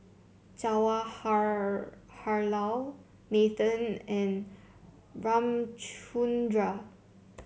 Nathan and Ramchundra